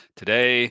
today